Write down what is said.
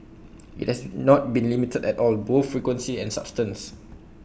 IT has not been limited at all both frequency and substance